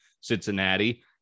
Cincinnati